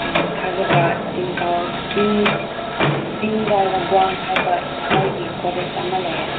ꯊꯥꯖꯕ ꯇꯤꯟꯒꯥꯏ ꯔꯒ꯭ꯋꯥꯡ ꯍꯥꯏꯕ ꯃꯣꯏꯒꯤ ꯒꯣꯗꯦꯖ ꯑꯃ ꯂꯩꯌꯦ